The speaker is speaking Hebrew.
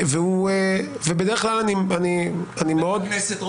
--- חבר הכנסת רוטמן,